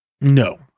no